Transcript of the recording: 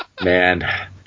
Man